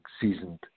seasoned